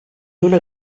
una